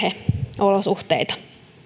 perheolosuhteita